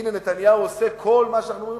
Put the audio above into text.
הנה נתניהו עושה כל מה שאנחנו אומרים,